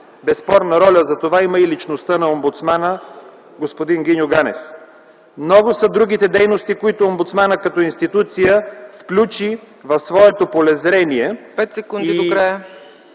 Безспорна роля за това има и личността на омбудсмана господин Гиньо Ганев. Много са другите дейности, които Омбудсманът като институция включи в своето полезрение